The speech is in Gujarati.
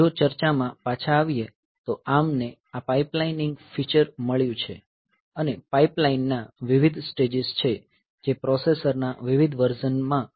જો ચર્ચા માં પાછા આવીએ તો ARM ને આ પાઇપલાઇનિંગ ફીચર મળી છે અને પાઇપલાઇનના વિવિધ સ્ટેજીસ છે જે પ્રોસેસરના વિવિધ વર્ઝન માં ઉપલબ્ધ છે